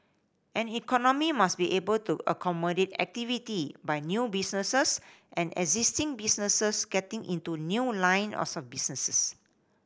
an economy must be able to accommodate activity by new businesses and existing businesses getting into new line of businesses